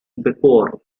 before